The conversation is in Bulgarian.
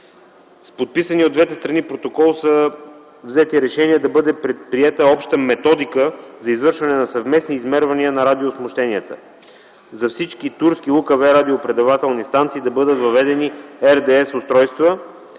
С подписания от двете страни протокол са взети решения да бъде предприета обща методика за извършване на съвместни измервания на радиосмущенията. За всички турски УКВ-радиопредавателни станции да бъдат въведени РДС-устройства,